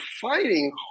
fighting